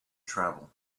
travel